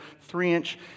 three-inch